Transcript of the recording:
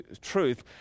truth